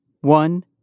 one